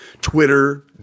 Twitter